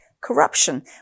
corruption